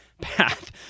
path